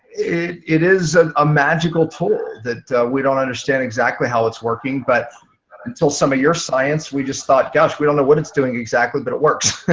it it is a ah magical tool that we don't understand exactly how it's working. but until some of your science, we just thought gosh, we don't know what it's doing exactly, but it works.